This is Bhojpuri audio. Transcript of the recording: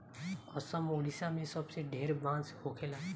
असम, ओडिसा मे सबसे ढेर बांस होखेला